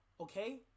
Okay